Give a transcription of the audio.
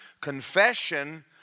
confession